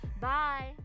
Bye